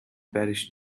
parish